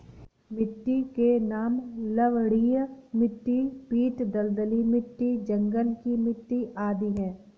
मिट्टी के नाम लवणीय मिट्टी, पीट दलदली मिट्टी, जंगल की मिट्टी आदि है